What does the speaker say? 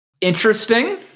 Interesting